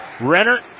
Renner